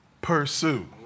pursue